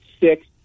six